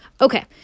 Okay